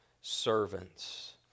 servants